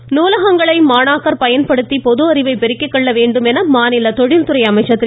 சம்பத் நூல்கங்களை மாணாக்கர் பயன்படுத்தி பொது அறிவை பெருக்கிக் கொள்ள வேண்டும் என்று மாநில தொழில்துறை அமைச்சர் திரு